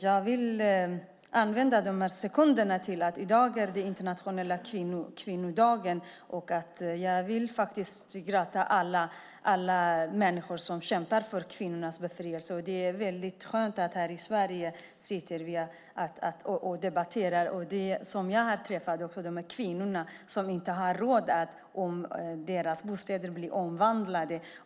Jag vill använda de här sista sekunderna till att tala om att det i dag är den internationella kvinnodagen. Jag vill gratta alla människor som kämpar för kvinnornas befrielse. Det är skönt att vi här i Sverige debatterar. Jag har också träffat kvinnor som inte har råd med sitt boende om deras bostäder blir omvandlade.